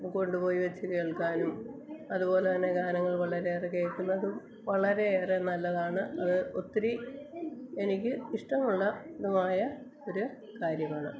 കൊണ്ട് പോയി വെച്ച് കേൾക്കാനും അത് പോലെ തന്നെ ഗാനങ്ങൾ വളരെയേറെ കേൾക്കുന്നതും വളരെയേറെ നല്ലതാണ് അത് ഒത്തിരി എനിക്ക് ഇഷ്ടമുള്ള തുമായ ഒരു കാര്യമാണ്